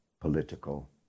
political